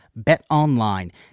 BetOnline